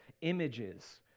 images